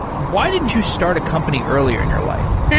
why didn't you start a company earlier in your life? yeah